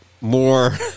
More